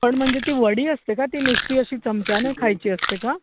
पण म्हणजे ती वडी असते का ती नुसती अशी चमच्यानं खायची असते का